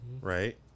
right